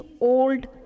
old